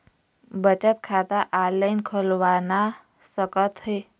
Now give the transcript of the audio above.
बचत खाता ऑनलाइन खोलवा सकथें?